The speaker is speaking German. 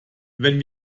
wenn